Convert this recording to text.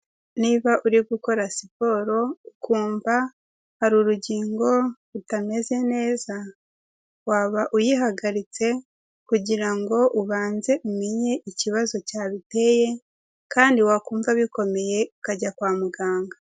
Niba uri gukora siporo ukumva hari urugingo rutameze neza, waba uyihagaritse kugira ngo ubanze umenye ikibazo cyabiteye kandi wakumva bikomeye ukajya kwa muganga.